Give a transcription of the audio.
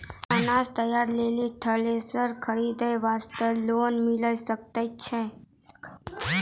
अनाज तैयारी लेल थ्रेसर खरीदे वास्ते लोन मिले सकय छै?